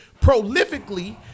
prolifically